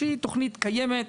שהיא תוכנית קיימת,